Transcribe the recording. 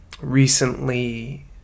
recently